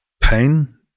pain